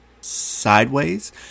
sideways